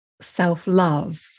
self-love